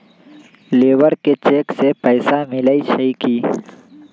Labour के cheque से पैसा मिलई छई कि?